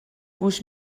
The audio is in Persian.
گوش